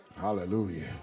Hallelujah